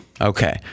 Okay